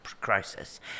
crisis